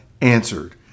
answered